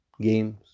games